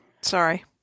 sorry